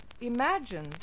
imagine